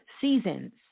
seasons